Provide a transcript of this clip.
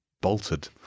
bolted